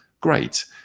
great